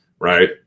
Right